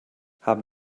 haben